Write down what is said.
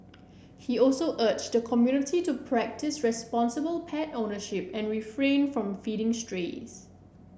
he also urged the community to practise responsible pet ownership and refrain from feeding strays